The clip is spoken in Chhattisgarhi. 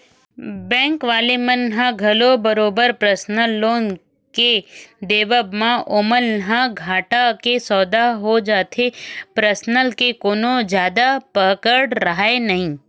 बेंक वाले मन ल घलो बरोबर परसनल लोन के देवब म ओमन ल घाटा के सौदा हो जाथे परसनल के कोनो जादा पकड़ राहय नइ